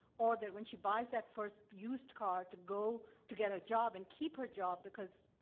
or that when she buys that first used car to go to get a job and keep her job, because,